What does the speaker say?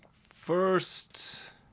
first